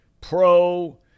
pro